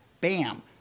bam